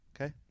Okay